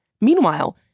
meanwhile